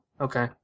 Okay